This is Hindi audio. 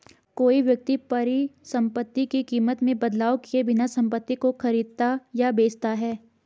कोई व्यक्ति परिसंपत्ति की कीमत में बदलाव किए बिना संपत्ति को खरीदता या बेचता है